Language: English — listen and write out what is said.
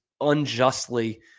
unjustly